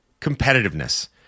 competitiveness